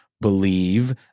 believe